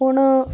पूण